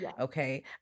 okay